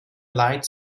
light